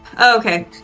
Okay